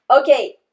Okay